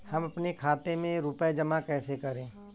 हम अपने खाते में रुपए जमा कैसे करें?